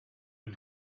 and